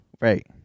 Right